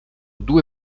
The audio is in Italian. due